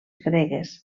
gregues